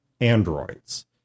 androids